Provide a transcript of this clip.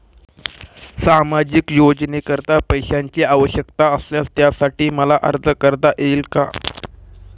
सामाजिक योजनेकरीता पैशांची आवश्यकता असल्यास त्यासाठी मला अर्ज करता येईल का?